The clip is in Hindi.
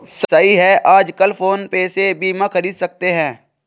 सही है आजकल फ़ोन पे से बीमा ख़रीद सकते हैं